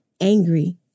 angry